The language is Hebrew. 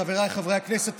חבריי חברי הכנסת,